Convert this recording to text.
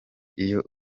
iyo